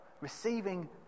receiving